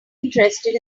interested